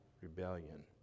rebellion